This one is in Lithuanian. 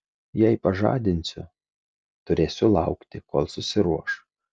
jei pažadinsiu turėsiu laukti kol susiruoš